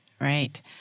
right